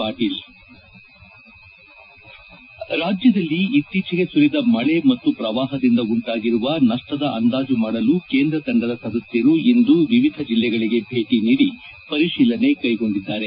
ಪಾಟೀಲ್ ರಾಜ್ಯದಲ್ಲಿ ಇತ್ತೀಚೆಗೆ ಸುರಿದ ಮಳೆ ಮತ್ತು ಪ್ರವಾಪದಿಂದ ಉಂಟಾಗಿರುವ ನಷ್ಟದ ಅಂದಾಜು ಮಾಡಲು ಕೇಂದ್ರ ತಂಡದ ಸದಸ್ನರು ಇಂದು ವಿವಿಧ ಜಿಲ್ಲೆಗಳಿಗೆ ಭೇಟಿ ನೀಡಿ ಪರಿತೀಲನೆ ಕೈಗೊಂಡಿದ್ದಾರೆ